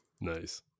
Nice